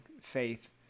faith